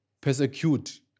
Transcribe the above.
persecute